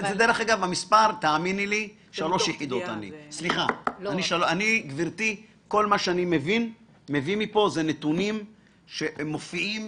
כל מה שאני מביא אלה נתונים שמופיעים